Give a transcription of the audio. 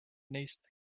neist